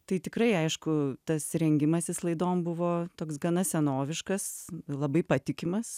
tai tikrai aišku tas rengimasis laidom buvo toks gana senoviškas labai patikimas